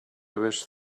wish